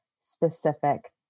specific